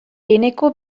eneko